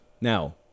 Now